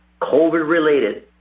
COVID-related